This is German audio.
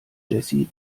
jessy